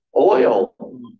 Oil